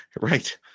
right